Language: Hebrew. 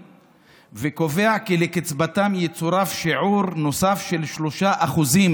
וקובע כי לקצבתם יצורף שיעור נוסף של שלושה אחוזים,